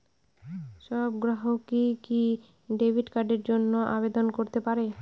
সব গ্রাহকই কি ডেবিট কার্ডের জন্য আবেদন করতে পারে?